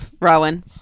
Rowan